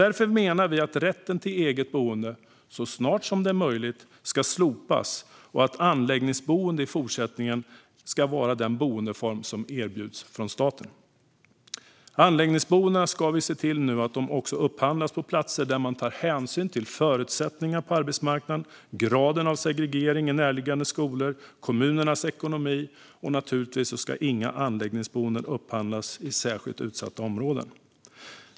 Därför menar vi att rätten till eget boende så snart som det är möjligt ska slopas och att anläggningsboende i fortsättningen ska vara den boendeform som erbjuds från staten. Vi ska nu se till att anläggningsboenden upphandlas på platser där man tar hänsyn till förutsättningar på arbetsmarknaden, graden av segregering i närliggande skolor och kommunernas ekonomi. Naturligtvis ska inga anläggningsboenden upphandlas i särskilt utsatta områden.